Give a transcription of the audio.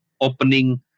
opening